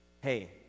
hey